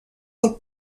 del